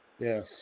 Yes